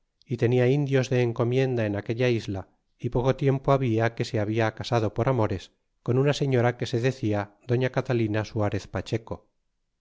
é tenia indios de encomienda en aquella isla é poco tiempo habia que se habla casado par amores con una señora que se decía doña catalina suarez pacheco